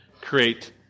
create